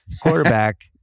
quarterback